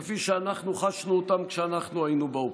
לצערי, כפי שאנחנו חשנו כשאנחנו היינו באופוזיציה,